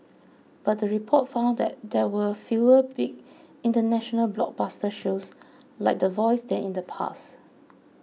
but the report found that there were fewer big international blockbuster shows like the Voice than in the past